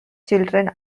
children